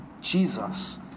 Jesus